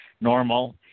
normal